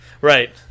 Right